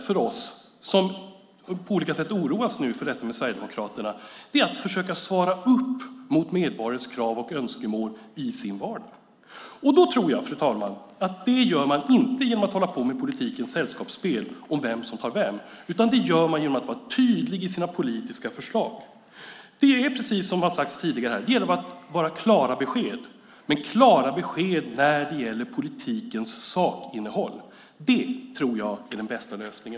För oss som på olika sätt oroas för Sverigedemokraterna gäller det nu att försöka svara mot medborgarnas krav och önskemål i deras vardag. Jag tror inte att man gör det genom att hålla på med politikens sällskapsspel om vem som tar vem, utan genom att vara tydlig i sina politiska förslag. Precis som har sagts tidigare gör man det genom att lämna klara besked. Klara besked när det gäller politikens sakinnehåll tror jag är den bästa lösningen.